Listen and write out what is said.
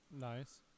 nice